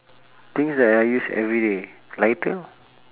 things that I use everyday lighter